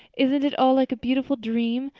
isn't it all like a beautiful dream?